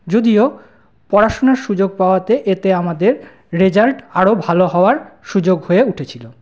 যদিও পড়াশোনার সুযোগ পাওয়াতে এতে আমাদের রেজাল্ট আরও ভালো হওয়ার সুযোগ হয়ে উঠেছিল